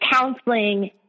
counseling